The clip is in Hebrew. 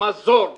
מזור לצרכן,